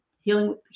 healing